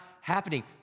happening